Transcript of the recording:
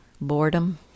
Boredom